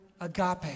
agape